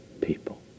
people